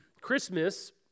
Christmas